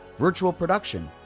virtual production,